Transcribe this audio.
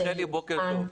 רחלי, רחלי בוקר טוב.